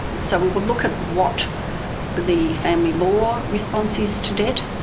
so we will look at what the family law response is to debt,